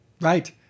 Right